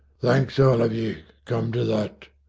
thanks all of ye, come to that.